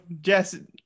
Jesse